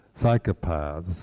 psychopaths